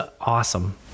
awesome